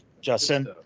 Justin